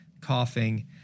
coughing